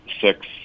six